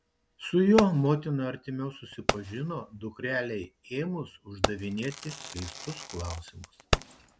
su juo motina artimiau susipažino dukrelei ėmus uždavinėti keistus klausimus